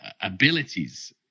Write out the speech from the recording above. abilities –